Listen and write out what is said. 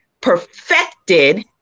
perfected